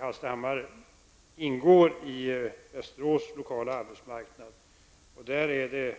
Hallstahammar ingår också i Västerås lokala arbetsmarknad, och situationen där är